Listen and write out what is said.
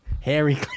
Harry